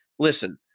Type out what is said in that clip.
Listen